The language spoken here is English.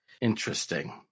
Interesting